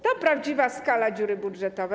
To prawdziwa skala dziury budżetowej.